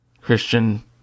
Christian